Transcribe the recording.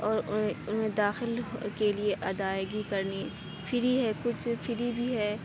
اور اور انہیں داخل کے لیے ادائیگی کرنی فری ہے کچھ فری بھی ہے